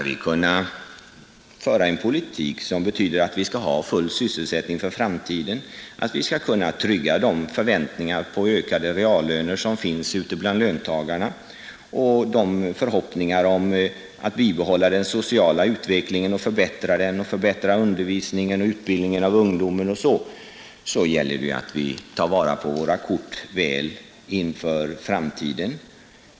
Om vi skall kunna föra en politik som innebär full sysselsättning i framtiden och som infriar de förväntningar på ökade reallöner som finns ute bland löntagarna, om vi skall kunna uppfylla förhoppningarna om fortsatt social utveckling och en förbättring av undervisningen och utbildningen av ungdomen osv., så gäller det att vi sköter våra kort väl för framtiden.